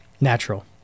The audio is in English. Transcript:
Natural